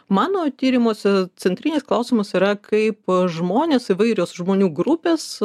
mano tyrimuose centrinis klausimas yra kaip žmonės įvairios žmonių grupės